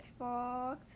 Xbox